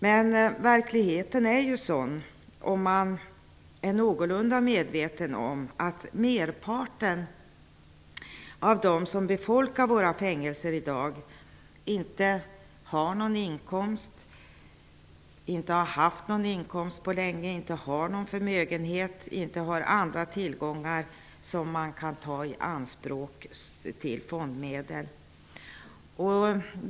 Men verkligheten är -- om man är medveten om den -- att merparten av dem som befolkar våra fängelser i dag inte har eller på länge har haft någon inkomst och inte någon förmögenhet eller andra tillgångar som kan tas i anspråk för fondmedel.